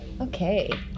Okay